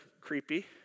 creepy